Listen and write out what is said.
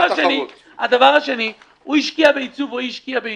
דבר שני, הוא או היא השקיעו בעיצוב.